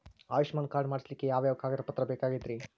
Ayushman card ಮಾಡ್ಸ್ಲಿಕ್ಕೆ ಯಾವ ಯಾವ ಕಾಗದ ಪತ್ರ ಬೇಕಾಗತೈತ್ರಿ?